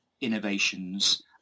innovations